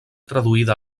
traduïda